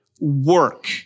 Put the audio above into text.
work